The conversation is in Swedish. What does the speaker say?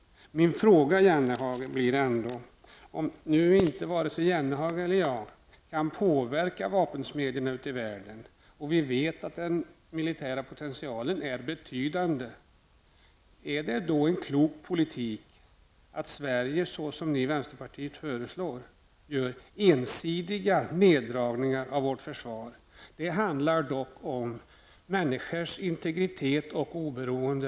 Min fråga, Jan Jennehag, är: Om varken Jan Jennehag eller jag kan påverka vapensmedjorna ute i världen, och vi vet att den militära potentialen är betydande, är det då en klok politik att Sverige, som ni i vänsterpartiet föreslår, gör ensidiga neddragningar av vårt försvar? Det handlar dock om människors integritet och oberoende.